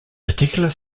particular